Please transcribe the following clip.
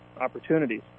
opportunities